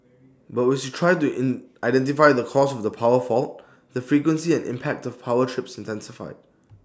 but we tried to identify the cause of the power fault the frequency and impact of power trips intensified